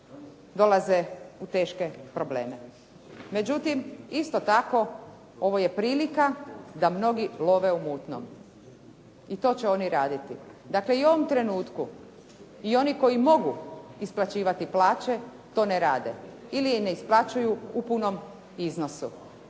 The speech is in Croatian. dolaze u teške probleme. Međutim, isto tako ovo je prilika da mnogi love u mutnom i to će oni raditi. Dakle, i u ovom trenutku i oni koji mogu isplaćivati plaće to ne rade ili je ne isplaćuju u punom iznosu.